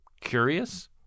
curious